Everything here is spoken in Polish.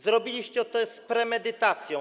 Zrobiliście to z premedytacją.